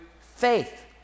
faith